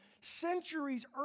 centuries